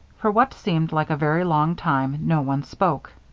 for what seemed like a very long time, no one spoke.